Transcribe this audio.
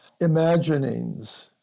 imaginings